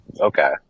Okay